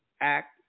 Act